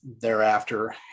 thereafter